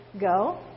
go